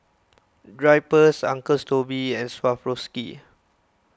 Drypers Uncle Toby's and Swarovski